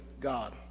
God